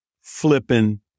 Flipping